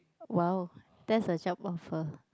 !wow! that's a job offer